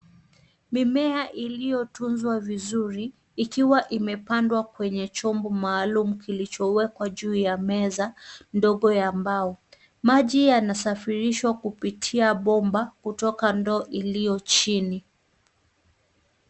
Mimea iliyotunzwa vizuri ikiwa imepandwa kwenye chombo maalum kilichowekwa juu ya meza ndogo ya mbao. Maji yanasafirishwa kupitia bomba kutoka ndoo iliyo chini.